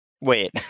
wait